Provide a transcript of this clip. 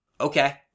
Okay